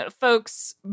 folks